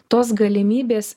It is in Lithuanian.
tos galimybės